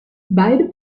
beide